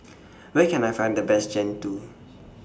Where Can I Find The Best Jian Dui